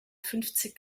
fünfzig